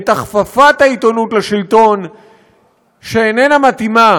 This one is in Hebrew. את הכפפת העיתונות לשלטון שאיננה מתאימה